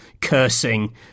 cursing